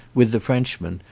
with the frenchman,